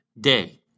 day